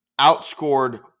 outscored